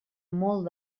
molt